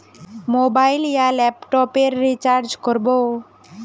Mobile या laptop पेर recharge कर बो?